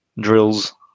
Drills